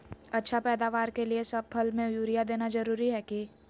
अच्छा पैदावार के लिए सब फसल में यूरिया देना जरुरी है की?